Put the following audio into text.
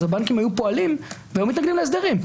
הבנקים היו פועלים והיו מתנגדים להסדרים.